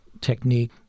technique